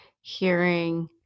hearing